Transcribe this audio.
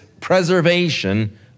preservation